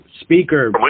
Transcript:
speaker